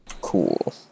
Cool